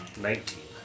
Nineteen